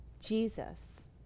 Jesus